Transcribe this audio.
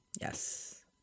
Yes